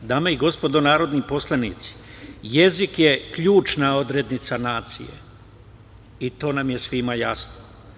Dame i gospodo narodni poslanici, jezik je ključna odrednica nacije i to nam je svima jasno.